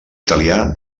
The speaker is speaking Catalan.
italià